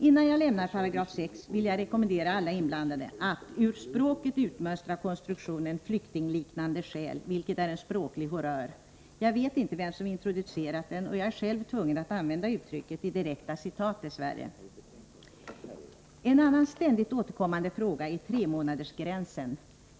Innan jag lämnar 6 § vill jag rekommendera alla inblandade att ur språket utmönstra konstruktionen ”flyktingliknande skäl”, vilket är en språklig horrör. Jag vet inte vem som introducerat den, och jag är själv tvungen att använda uttrycket i direkta citat, dess värre. En annan ständigt återkommande fråga är ”tremånadersgränsen”.